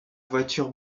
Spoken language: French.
voiture